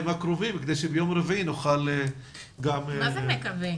הקרובים כדי שביום רביעי נוכל גם --- מה זה מקווה?